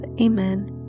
Amen